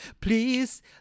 please